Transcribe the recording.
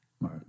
Right